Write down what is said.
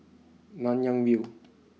Nanyang View